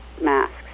masks